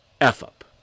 F-up